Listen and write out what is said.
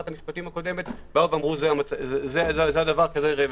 המשפטים הקודמת ואמרו: זה ראה וקדש.